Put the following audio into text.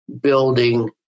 building